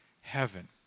heaven